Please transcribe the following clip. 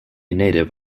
native